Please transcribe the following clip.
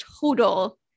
total